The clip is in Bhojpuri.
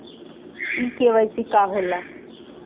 इ के.वाइ.सी का हो ला?